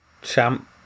champ